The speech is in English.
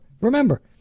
remember